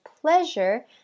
pleasure